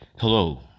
Hello